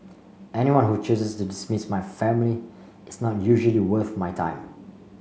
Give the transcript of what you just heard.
anyone who chooses to dismiss my family is not usually worth my time